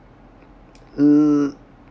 mm